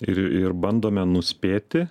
ir ir bandome nuspėti